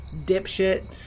dipshit